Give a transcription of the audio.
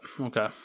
okay